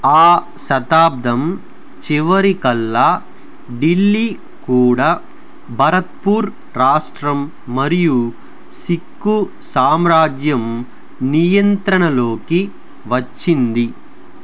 ఆ శతాబ్దం చివరికల్లా ఢిల్లీ కూడా భరత్పూర్ రాష్ట్రం మరియు సిక్కు సామ్రాజ్యం నియంత్రణలోకి వచ్చింది